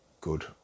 good